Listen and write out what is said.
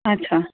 ਅੱਛਾ